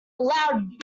loud